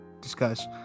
discuss